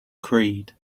creed